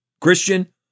Christian